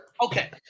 Okay